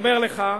אומר לך,